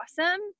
awesome